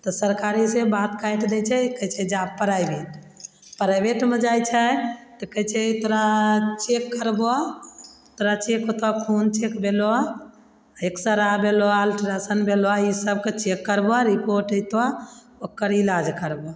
तऽ सरकारीसँ बात काटि दै छै कहय छै जा प्राइवेट प्राइवेटमे जाइ छै तऽ कहय छै तोरा चेक करबऽ तोरा चेक होतऽ खून चेक भेलऽ एक्सरे भेलऽ अल्ट्रासाउंड भेलऽ ई सबके चेक करबऽ रिपोर्ट अइतौ ओकर इलाज करबऽ